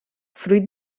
fruit